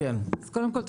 קודם כל,